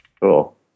Cool